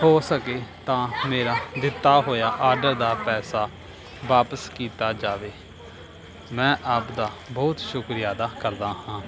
ਹੋ ਸਕੇ ਤਾਂ ਮੇਰਾ ਦਿੱਤਾ ਹੋਇਆ ਆਰਡਰ ਦਾ ਪੈਸਾ ਵਾਪਸ ਕੀਤਾ ਜਾਵੇ ਮੈਂ ਆਪਦਾ ਬਹੁਤ ਸ਼ੁਕਰੀਆ ਅਦਾ ਕਰਦਾ ਹਾਂ